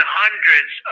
hundreds